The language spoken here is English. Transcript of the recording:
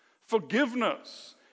Forgiveness